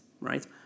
right